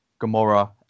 Gamora